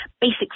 basic